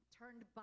turned